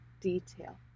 detail